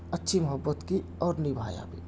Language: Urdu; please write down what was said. اچھی محبت کی اور نبھایا بھی